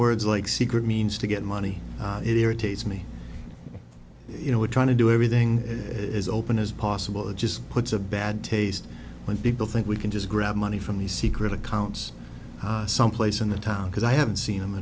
words like secret means to get money it irritates me you know we're trying to do everything as open as possible it just puts a bad taste when people think we can just grab money from the secret accounts someplace in the town because i haven't seen